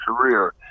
career